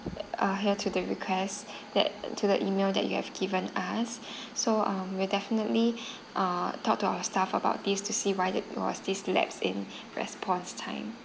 uh hear to the request that to the email that you have given us so um we'll definitely uh talk to our staff about these to see why they it was this lapse in response time